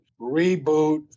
reboot